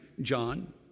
John